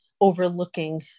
overlooking